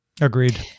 agreed